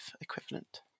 equivalent